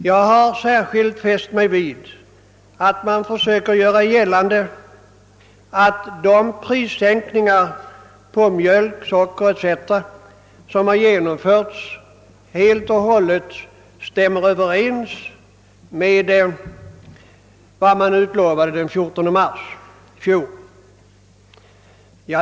Jag har särskilt fäst mig vid att regeringspartiet försöker göra gällande att de prissänkningar på mjölk, socker etc., som genomförts, helt och hållet stämmer överens med vad man utlovade den 14 mars i fjol.